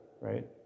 right